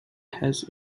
has